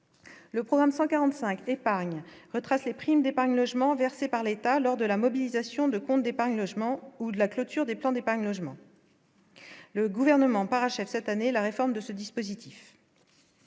Le programme 145 épargne retrace les primes d'épargne logement versée par l'État lors de la mobilisation de comptes d'épargne logement ou de la clôture des plans d'épargne logement le gouvernement parachève cette année, la réforme de ce dispositif.